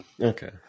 Okay